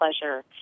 pleasure